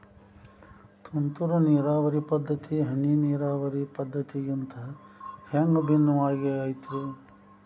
ತುಂತುರು ನೇರಾವರಿ ಪದ್ಧತಿ, ಹನಿ ನೇರಾವರಿ ಪದ್ಧತಿಗಿಂತ ಹ್ಯಾಂಗ ಭಿನ್ನವಾಗಿ ಐತ್ರಿ?